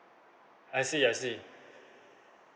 I see I see